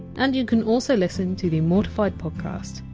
and you can also listen to the mortified podcast,